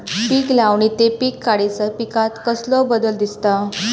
पीक लावणी ते पीक काढीसर पिकांत कसलो बदल दिसता?